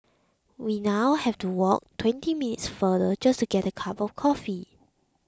we now have to walk twenty minutes farther just to get a cup of coffee